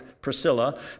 Priscilla